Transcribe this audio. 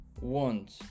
want